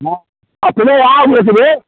हाँ अपने आव एक बे